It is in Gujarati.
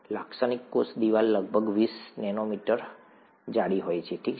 લાક્ષણિક કોષ દિવાલ લગભગ વીસ નેનોમીટર જાડી હોય છે ઠીક છે